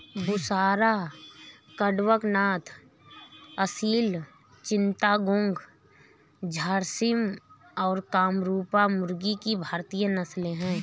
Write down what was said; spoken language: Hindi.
बुसरा, कड़कनाथ, असील चिट्टागोंग, झर्सिम और कामरूपा मुर्गी की भारतीय नस्लें हैं